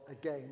again